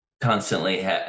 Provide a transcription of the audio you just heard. constantly